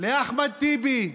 לאחמד טיבי,